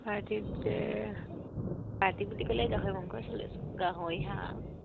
পাৰ্টীত যে পাৰ্টী বুলি ক'লে গাহৰি মাংসই চলে গাহৰি হাঁহ